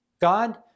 God